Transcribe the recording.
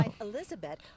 Elizabeth